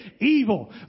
evil